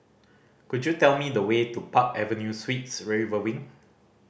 could you tell me the way to Park Avenue Suites River Wing